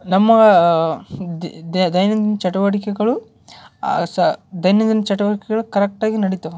ನಮ್ಮ ದೈನಂದಿನ ಚಟುವಟಿಕೆಗಳು ಸಾ ದೈನಂದಿನ ಚಟುವಟಿಕೆಗಳು ಕರೆಕ್ಟಾಗಿ ನಡಿತಾವ